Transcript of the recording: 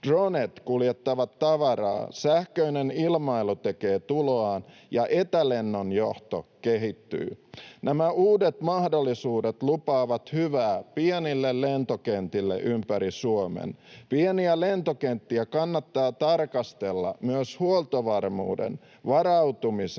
Dronet kuljettavat tavaraa, sähköinen ilmailu tekee tuloaan, ja etälennonjohto kehittyy. Nämä uudet mahdollisuudet lupaavat hyvää pienille lentokentille ympäri Suomen. Pieniä lentokenttiä kannattaa tarkastella myös huoltovarmuuden, varautumisen